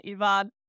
Ivan